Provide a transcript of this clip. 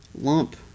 lump